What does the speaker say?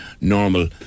normal